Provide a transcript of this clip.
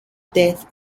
death